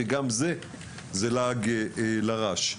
שגם זה לעג לרש.